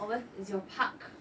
oh we~ is your park